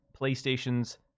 PlayStation's